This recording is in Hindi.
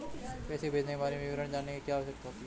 पैसे भेजने के बारे में विवरण जानने की क्या आवश्यकता होती है?